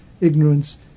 ignorance